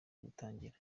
gutangira